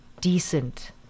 decent